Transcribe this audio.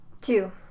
Two